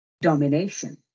domination